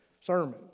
sermon